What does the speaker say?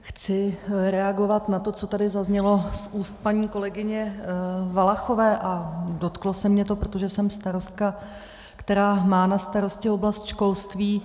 Chci reagovat na to, co tady zaznělo z úst paní kolegyně Valachové, a dotklo se mě to, protože jsem starostka, která má na starosti oblast školství.